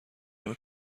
نمی